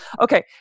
Okay